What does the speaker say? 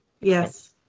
Yes